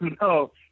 No